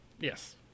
Yes